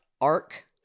arc